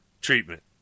treatment